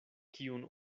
kiun